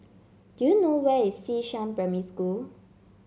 do you know where is Xishan Primary School